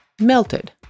melted